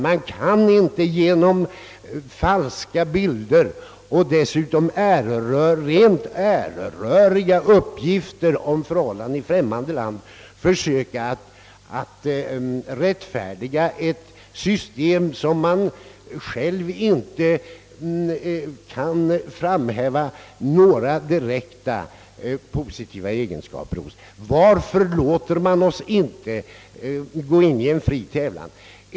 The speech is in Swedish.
Man kan inte genom falska bilder och rent äreröriga uppgifter om förhållanden i främmande land försöka att rättfärdiga ett system som man själv inte kan framhäva några direkta positiva egenskaper hos. Varför låter man oss inte gå in i en fri tävlan?